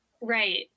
Right